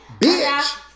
Bitch